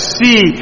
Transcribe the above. see